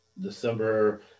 December